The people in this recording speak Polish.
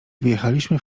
wjechaliśmy